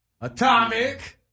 Atomic